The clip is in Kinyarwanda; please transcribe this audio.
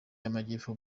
y’amajyepfo